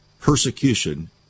persecution